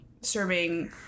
serving